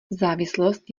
závislost